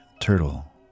turtle